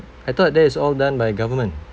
I thought that is all done by government